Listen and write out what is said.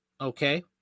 okay